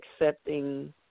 accepting